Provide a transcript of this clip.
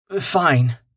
fine